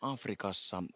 Afrikassa